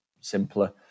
simpler